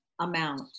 amount